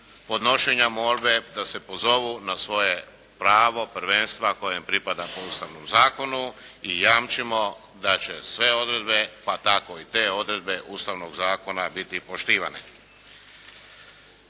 podnošenja molbe da se pozovu na svoje pravo prvenstva koje im pripada po Ustavnom zakonu. I jamčimo da će sve odredbe pa tako i te odredbe Ustavnog zakona biti poštivane.